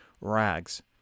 rags